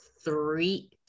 three